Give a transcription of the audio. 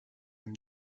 him